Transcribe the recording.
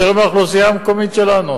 יותר מהאוכלוסייה המקומית שלנו.